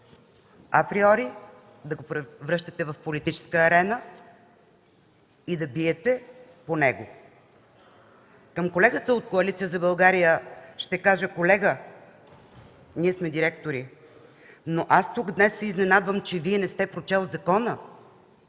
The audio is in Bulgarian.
априори да го превръщате в политическа арена и да биете по него. Към колегата от Коалиция за България ще кажа: „Колега, ние сме директори”. Но аз тук днес се изненадвам, че Вие не сте прочел закона